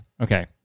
okay